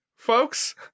Folks